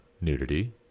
nudity